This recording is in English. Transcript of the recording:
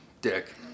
dick